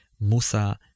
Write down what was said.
Musa